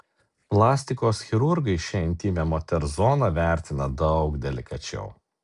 plastikos chirurgai šią intymią moters zoną vertina daug delikačiau